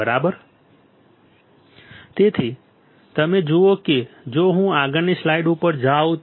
બરાબર તેથી તમે જુઓ કે જો હું આગળની સ્લાઇડ ઉપર જાઉં તો